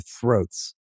throats